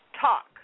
talk